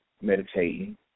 meditating